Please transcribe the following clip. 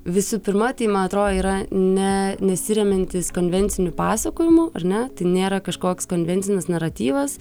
visų pirma tai man atrodo yra ne nesiremiantis konvenciniu pasakojimu ar ne tai nėra kažkoks konvencinis naratyvas